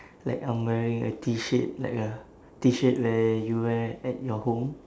like I'm wearing a T-shirt like a T-shirt where you wear at your home